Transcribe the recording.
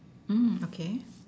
mm okay